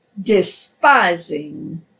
despising